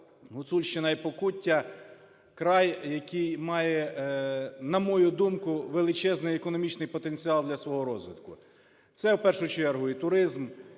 Гуцульщина і Покуття – край, який має, на мою думку, величезний економічний потенціал для свого розвитку. Це в першу чергу і туризм,